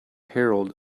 herald